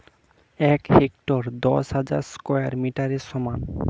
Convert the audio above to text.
এক হেক্টার দশ হাজার স্কয়ার মিটারের সমান